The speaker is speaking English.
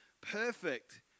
perfect